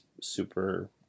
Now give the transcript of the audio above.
super